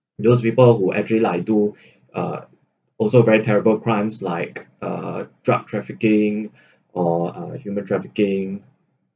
those people who actually like do uh also very terrible crimes like uh drug trafficking or uh human trafficking